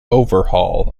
overhaul